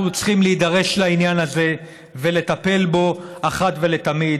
אנחנו צריכים להידרש לעניין הזה ולטפל בו אחת ולתמיד.